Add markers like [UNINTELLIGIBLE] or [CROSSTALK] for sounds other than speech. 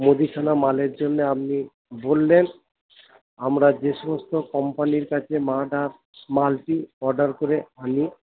মুদিখানা মালের জন্য আপনি বললেন আমরা যে সমস্ত কোম্পানির কাছে [UNINTELLIGIBLE] মালটি অর্ডার করে আনি